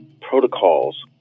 protocols